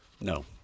No